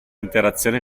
interazione